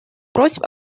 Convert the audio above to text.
просьб